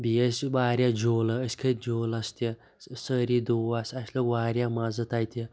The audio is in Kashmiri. بیٚیہِ ٲسۍ واریاہ جوٗلہٕ أسۍ کھٔتۍ جوٗلَس تہِ سٲری دوس اَسہِ لوٚگ واریاہ مَزٕ تَتہِ